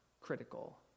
critical